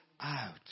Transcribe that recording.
out